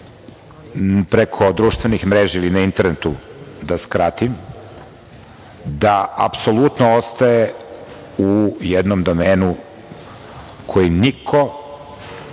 preko društvenih mreža ili na internetu, da skratim, da apsolutno ostaje u jednom domenu koji niko